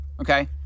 okay